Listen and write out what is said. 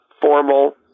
formal